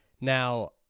now